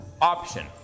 Option